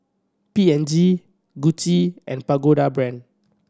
P and G Gucci and Pagoda Brand